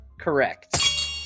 Correct